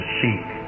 seek